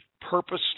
purposely